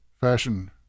fashion